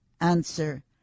Answer